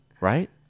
right